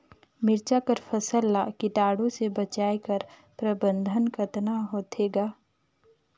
मिरचा कर फसल ला कीटाणु से बचाय कर प्रबंधन कतना होथे ग?